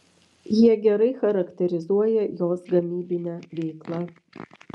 jie gerai charakterizuoja jos gamybinę veiklą